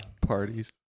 Parties